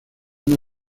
una